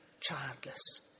childless